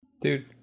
Dude